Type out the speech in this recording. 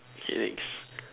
okay next